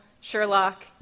Sherlock